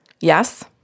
Yes